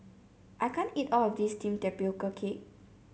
i can't eat all of this steamed Tapioca Cake